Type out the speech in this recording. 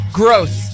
gross